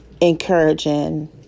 encouraging